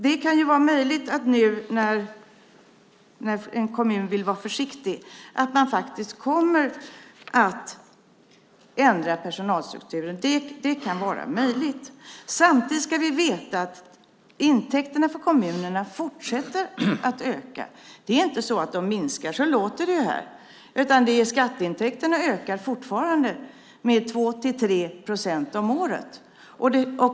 Det kan vara möjligt nu när en kommun vill vara försiktig att man kommer att ändra personalstrukturen. Det kan vara möjligt. Samtidigt ska vi veta att intäkterna för kommunerna fortsätter att öka. Det är inte så att de minskar som det låter här. Skatteintäkterna ökar fortfarande med 2-3 procent om året.